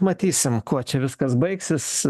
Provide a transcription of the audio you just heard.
matysim kuo čia viskas baigsis